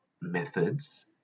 methods